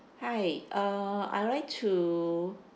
hi uh I'd like to